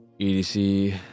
EDC